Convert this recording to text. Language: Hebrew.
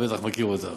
אתה בטח מכיר אותה.